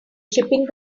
shipping